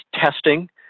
testing